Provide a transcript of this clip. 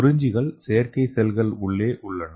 உறிஞ்சிகள் செயற்கை செல்கள் உள்ளே உள்ளன